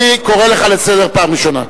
אני קורא לך לסדר פעם ראשונה.